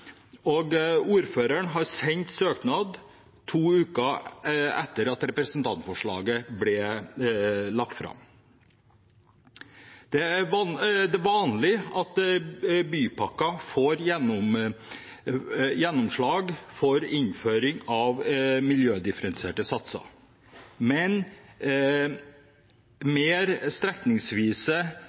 og ordføreren sendte søknad to uker etter at representantforslaget ble lagt fram. Det er vanlig at bypakker får gjennomslag for innføring av miljødifferensierte satser, men mer strekningsvise